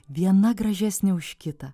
viena gražesnė už kitą